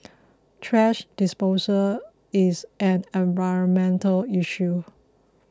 thrash disposal is an environmental issue